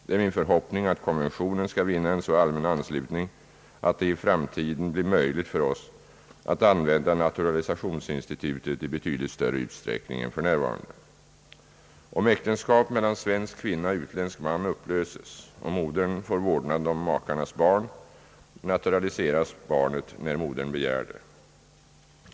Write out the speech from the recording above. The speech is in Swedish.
Det är min förhoppning att konventionen skall vinna en så ailmän anslutning, att det i framtiden blir möjligt för oss att använda naturalisationsinstitutet i betydligt större utsträckning än f. n. och utländsk man upplöses och modern får vårdnaden om makarnas barn, naturaliseras barnet när modern begär det.